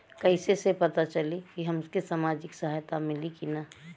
कइसे से पता चली की हमके सामाजिक सहायता मिली की ना?